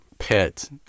pet